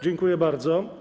Dziękuję bardzo.